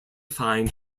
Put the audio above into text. find